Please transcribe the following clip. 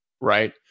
right